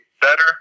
better